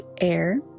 Air